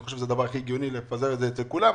אני חושב שהכי הגיוני לפזר את זה אצל כולם,